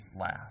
last